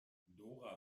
dora